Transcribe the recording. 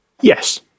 Yes